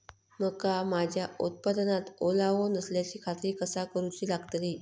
मका माझ्या उत्पादनात ओलावो नसल्याची खात्री कसा करुची लागतली?